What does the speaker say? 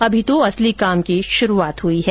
अब तो असली काम की शुरूआत हुई है